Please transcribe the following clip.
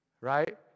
Right